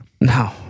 No